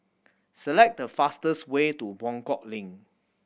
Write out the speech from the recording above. select the fastest way to Buangkok Link